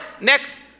next